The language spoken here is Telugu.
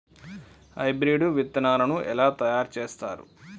హైబ్రిడ్ విత్తనాలను ఎలా తయారు చేస్తారు?